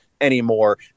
anymore